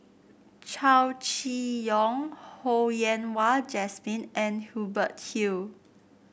Chow Chee Yong Ho Yen Wah Jesmine and Hubert Hill